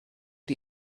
die